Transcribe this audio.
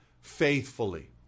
faithfully